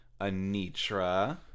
Anitra